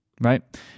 Right